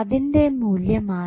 അതിൻറെ മൂല്യമാണ്